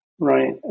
right